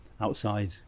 outside